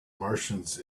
martians